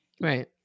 Right